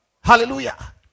Hallelujah